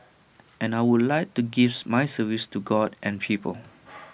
and I would like to gives my service to God and people